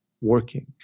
working